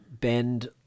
Bend